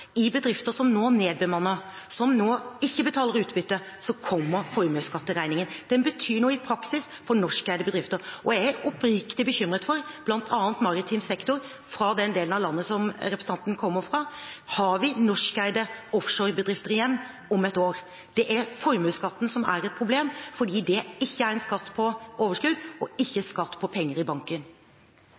i bedrifter som nå nedbemanner, som nå ikke betaler utbytte, og så kommer formuesskattregningen. Den betyr noe i praksis for norskeide bedrifter. Jeg er oppriktig bekymret for bl.a. maritim sektor i den delen av landet som representanten kommer fra. Har vi norskeide offshorebedrifter igjen om et år? Det er formuesskatten som er et problem, fordi det ikke er en skatt på overskudd og ikke skatt på penger i banken.